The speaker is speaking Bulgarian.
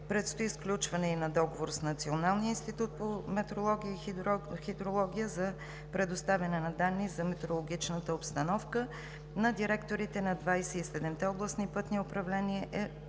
Предстои сключване и на договор с Националния институт по метеорология и хидрология за предоставяне на данни за метеорологичната обстановка. На директорите на 27-те областни пътни управления е